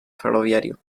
ferroviario